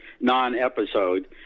non-episode